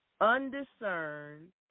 undiscerned